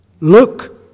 Look